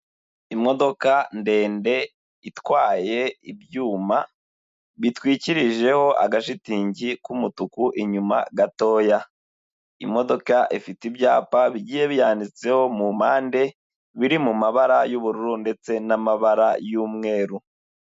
Imodoka ndende itwaye ibyuma bitwikirijeho agashitingi k'umutuku inyuma gatoya, imodoka ifite ibyapa bigiye biyanditseho mu mpande biri mu mabara y'ubururu ndetse n'amabara y'umweru.